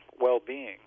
well-being